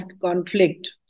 conflict